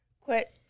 Quit